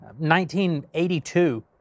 1982